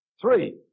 Three